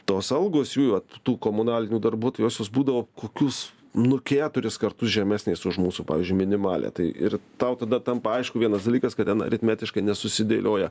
tos algos jųjų vat tų komunalinių darbuotojų josios būdavo kokius nu keturis kartus žemesnės už mūsų pavyzdžiui minimalią tai ir tau tada tampa aišku vienas dalykas kad ten aritmetiškai nesusidėlioja